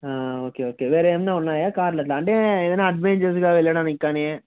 okay okay వేరే ఏమైనా ఉన్నాయా కార్లు అలా అంటే ఏదైనా అడ్వెంచరస్గా వెళ్ళడానికి కానీ